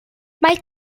mae